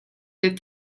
des